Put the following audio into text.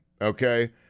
okay